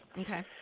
Okay